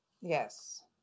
Yes